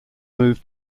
moved